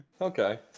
Okay